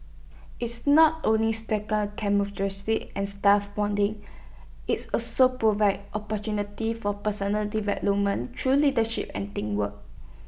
it's not only camaraderie and staff bonding IT also provides opportunities for personal development through leadership and teamwork